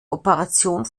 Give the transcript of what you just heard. operation